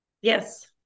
Yes